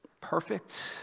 perfect